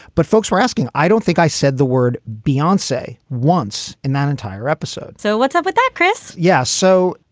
but folks were asking. i don't think i said the word beyond, say, once in that entire episode. so what's up with that, chris? yes. so,